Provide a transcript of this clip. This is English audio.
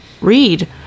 read